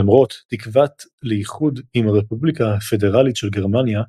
למרות תקוות לאיחוד עם הרפובליקה הפדרלית של גרמניה,